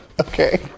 Okay